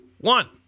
one